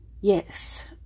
Yes